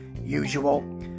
usual